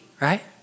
right